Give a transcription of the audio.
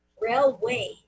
Railway